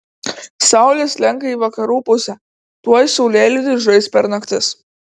saulė slenka į vakarų pusę tuoj saulėlydis žais per naktis